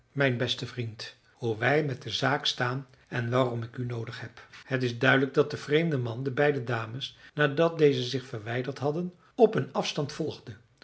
mijn beste vriend hoe wij met de zaak staan en waarom ik u noodig heb het is duidelijk dat de vreemde man de beide dames nadat deze zich verwijderd hadden op een afstand volgde